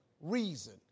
reason